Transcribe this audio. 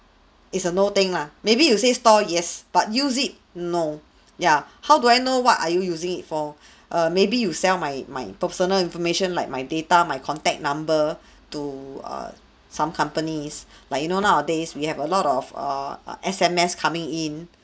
it's a no thing lah maybe you say store yes but use it no ya how do I know what are you using it for err maybe you sell my my personal information like my data my contact number to err some companies like you know nowadays we have a lot of err S_M_S coming in